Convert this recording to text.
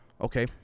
Okay